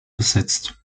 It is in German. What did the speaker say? besetzt